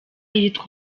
yitwa